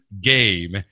game